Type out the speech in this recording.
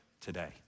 today